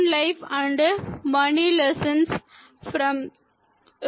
7 Life and Money Lessons from Warren Buffett